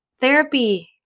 therapy